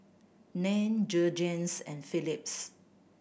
Nan Jergens and Philips